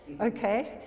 okay